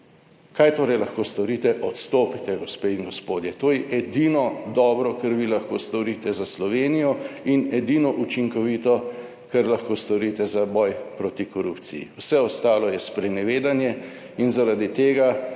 Kaj torej lahko storite? Odstopite gospe in gospodje, to je edino dobro kar vi lahko storite za Slovenijo in edino učinkovito kar lahko storite za boj proti korupciji. Vse ostalo je sprenevedanje in zaradi tega